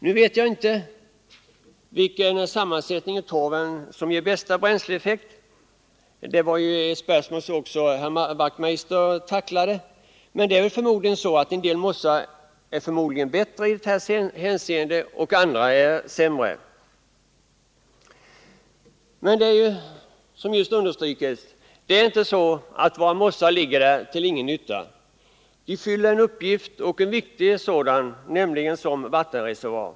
Nu vet jag inte vilken sammansättning i torven som ger bästa bränsleeffekt — det var ju ett spörsmål som också herr Wachtmeister tacklade. Men det är förmodligen så att en del mossar är bättre i detta hänseende och andra sämre. Det förhåller sig emellertid inte på det sättet — som just understrukits — att våra mossar ligger där till ingen nytta. De fyller en uppgift och en viktig sådan, nämligen som vattenreservoarer.